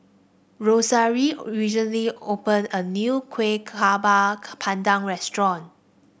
Rosaria recently opened a new Kueh Bakar Pandan restaurant